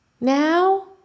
now